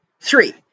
three